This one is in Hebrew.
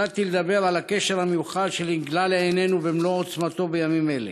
החלטתי לדבר על הקשר המיוחד שנגלה לעינינו במלוא עוצמתו בימים אלה,